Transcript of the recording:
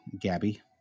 Gabby